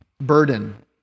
burden